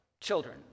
children